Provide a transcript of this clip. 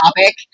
topic